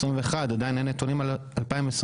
עדיין אין נתונים על 2022,